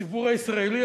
הציבור הישראלי,